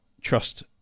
trust